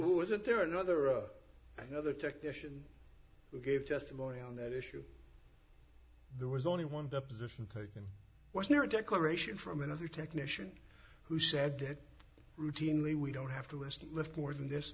wasn't there another another technician who gave testimony on that issue there was only one deposition taken was near a declaration from another technician who said that routinely we don't have to list lift more than this